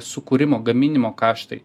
sukūrimo gaminimo kaštai